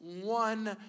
one